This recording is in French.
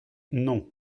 non